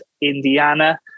Indiana